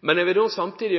Men jeg vil samtidig